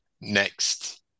next